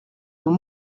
nous